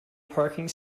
parking